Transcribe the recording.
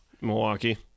milwaukee